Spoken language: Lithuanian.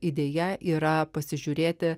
idėja yra pasižiūrėti